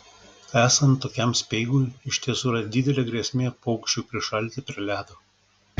esant tokiam speigui iš tiesų yra didelė grėsmė paukščiui prišalti prie ledo